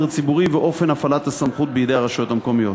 ציבורי ואת אופן הפעלת הסמכות בידי הרשויות המקומיות.